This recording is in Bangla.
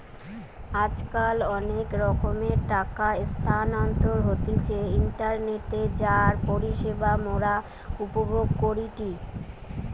আজকাল অনেক রকমের টাকা স্থানান্তর হতিছে ইন্টারনেটে যার পরিষেবা মোরা উপভোগ করিটি